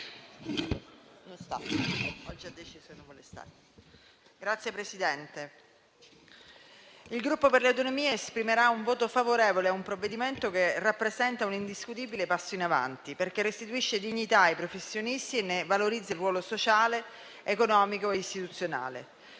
il Gruppo Per le Autonomie esprimerà un voto favorevole a un provvedimento che rappresenta un indiscutibile passo in avanti, perché restituisce dignità ai professionisti e ne valorizza il ruolo sociale, economico e istituzionale.